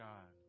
God